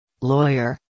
Lawyer